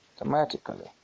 automatically